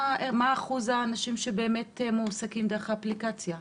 מה אחוז האנשים שבאמת מועסקים דרך האפליקציה?